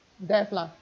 death lah